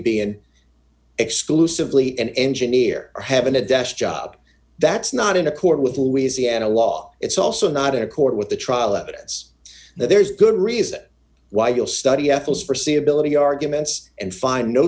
being exclusively an engineer had been a desk job that's not in accord with louisiana law it's also not in accord with the trial evidence that there is good reason why you'll study apples for c ability arguments and find no